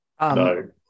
No